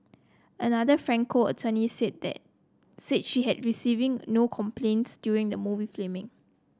another Franco attorney said that said she had receiving no complaints during the movie filming